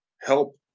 help